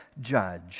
judge